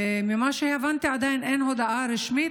ממה שהבנתי עדיין אין הודעה רשמית,